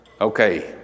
Okay